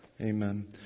Amen